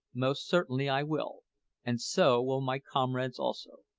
most certainly i will and so will my comrades also.